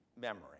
memory